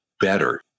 better